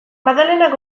madalenak